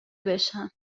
بشم